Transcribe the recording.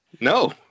No